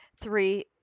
three